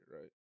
right